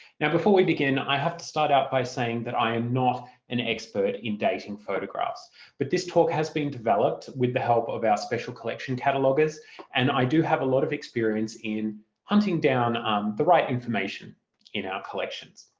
now before we begin i have to start out by saying that i am not an expert in dating photographs but this talk has been developed with the help of our special collection cataloguers and i do have a lot of experience in hunting down um the right information in our collections.